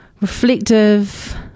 reflective